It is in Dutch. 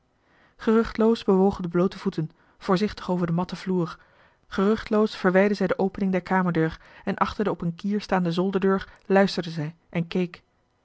geruchtloos bewogen de bloote voeten voorzichtig over den matten vloer geruchtloos verwijdde zij de opening der kamerdeur en achter de op een kier staande zolderdeur luisterde zij en keek